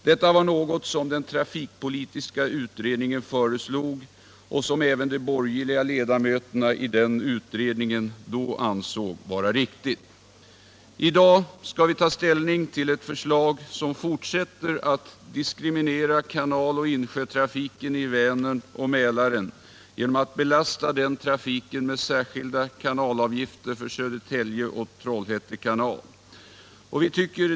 Detta var något som den trafikpolitiska utredningen föreslog och som även de borgerliga ledamöterna i denna utredning då ansåg vara riktigt. I dag har riksdagen att ta ställning till ett förslag som fortsätter att diskriminera kanaloch insjötrafiken i Vänern och Mälaren genom att belasta trafiken med särskilda kanalavgifter för Södertälje och Trollhätte kanal.